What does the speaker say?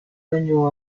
daño